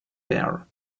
bare